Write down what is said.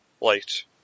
light